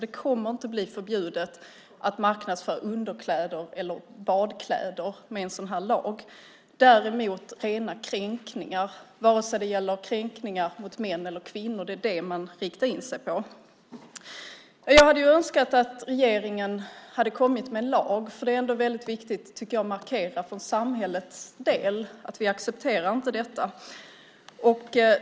Det kommer inte att bli förbjudet att marknadsföra underkläder med en sådan lag. Däremot riktar man in sig på rena kränkningar vare sig det gäller kränkningar mot män eller kvinnor. Jag hade önskat att regeringen kommit med en lag. Det är väldigt viktigt att markera för samhällets del att vi inte accepterar detta.